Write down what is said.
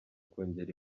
kongera